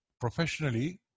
professionally